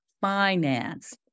finance